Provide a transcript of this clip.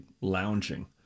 lounging